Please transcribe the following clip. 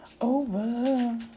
Over